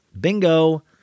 Bingo